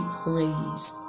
praised